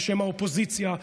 בשם האופוזיציה,